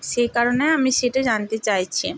সেই কারণে আমি সেটা জানতে চাইছি